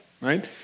Right